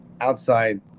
outside